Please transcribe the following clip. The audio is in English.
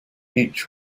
each